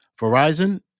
Verizon